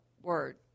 word